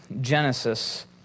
Genesis